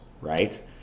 right